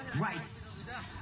rights